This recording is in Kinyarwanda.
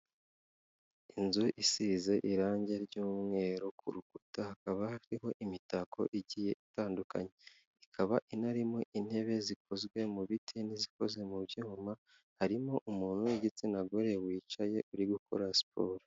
Inzu isize irangi ry'umweru, ku rukuta hakaba hariho imitako igiye itandukanye, ikaba inarimo intebe zikozwe mu biti n'izikoze mu byuma, harimo umuntu w'igitsina gore wicaye uri gukora siporo.